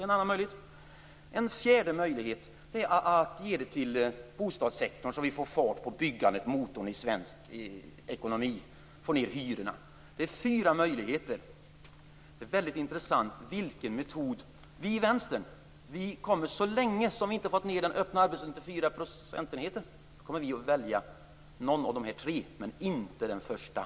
En fjärde möjlighet är att ge pengarna till bostadssektorn, så att vi får fart på byggandet, som är motorn i svensk ekonomi, och får ned hyrorna. Det är väldigt intressant vilken metod Åsbrink vill använda. Vi i Vänstern kommer, så länge som vi inte har fått ned den öppna arbetslösheten till 4 %, att välja någon av tre möjligheter men inte den första.